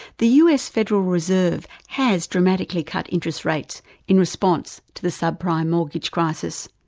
the us federal reserve has dramatically cut interest rates in response to the subprime mortgage crisis.